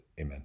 Amen